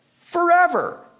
forever